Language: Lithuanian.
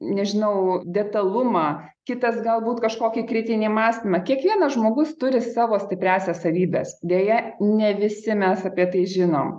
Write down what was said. nežinau detalumą kitas galbūt kažkokį kritinį mąstymą kiekvienas žmogus turi savo stipriąsias savybes deja ne visi mes apie tai žinom